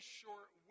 short